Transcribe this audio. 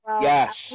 Yes